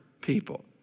people